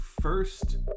first